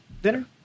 Dinner